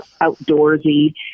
Outdoorsy